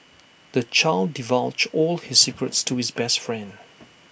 the child divulged all his secrets to his best friend